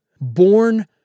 Born